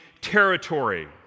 territory